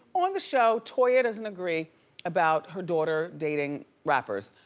on the show, toya doesn't agree about her daughter dating rappers.